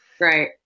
Right